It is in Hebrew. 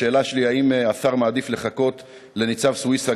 השאלה שלי: האם השר מעדיף לחכות לניצב סויסה,